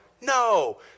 No